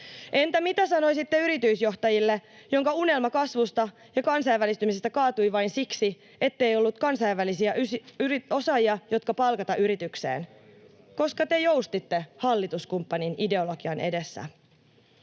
Entä mitä sanoisitte yritysjohtajalle, jonka unelma kasvusta ja kansainvälistymisestä kaatui vain siksi, ettei ollut kansainvälisiä osaajia, joita palkata yritykseen, koska te joustitte hallituskumppanin ideologian edessä?